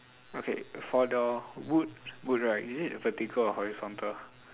okay for the wood wood right is it vertical or horizontal